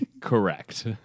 Correct